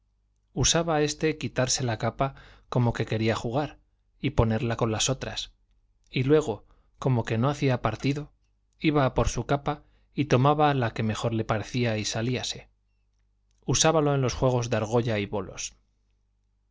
usaba éste quitarse la capa como que quería jugar y ponerla con las otras y luego como que no hacía partido iba por su capa y tomaba la que mejor le parecía y salíase usábalo en los juegos de argolla y bolos